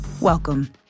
welcome